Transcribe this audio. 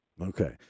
Okay